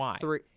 three